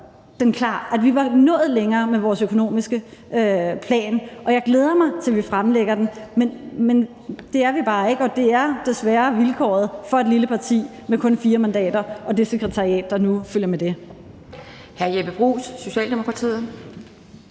plan klar, at vi var nået længere med den – og jeg glæder mig til, vi fremlægger den – men det er vi bare ikke, og det er desværre vilkåret for et lille parti med kun fire mandater og det sekretariat, der nu følger med det.